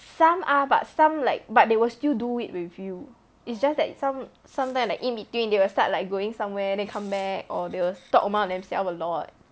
some are but some like but they were still do it with you it's just that some sometimes like in between they will start like going somewhere then come back or they will talk among themselves a lot